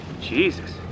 Jesus